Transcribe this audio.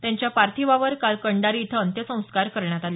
त्यांच्या पार्थिवावर काल कंडारी इथं अंत्यसंस्कार करण्यात आले